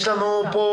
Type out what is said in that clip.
יש לנו פה